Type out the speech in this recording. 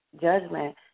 judgment